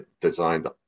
designed